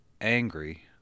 angry